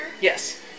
Yes